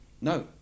No